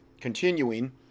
Continuing